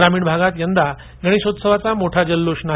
ग्रामीण भागात यंदा गणेशोत्सवाचा मोठा जल्लोष नाही